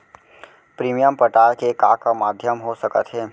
Premium पटाय के का का माधयम हो सकत हे?